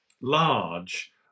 large